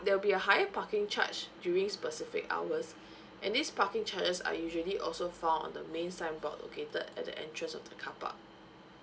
there will be a higher parking charge during specific hours and these parking charges are usually also found on the main signboard located at the entrance of the car park